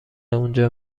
اونجا